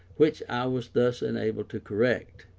which i was thus enabled to correct.